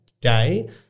day